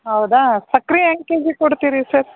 ಹೌದಾ ಸಕ್ಕರೆ ಹೆಂಗೆ ಕೆಜಿಗೆ ಕೊಡ್ತೀರಿ ಸರ್